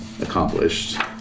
accomplished